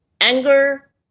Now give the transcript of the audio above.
anger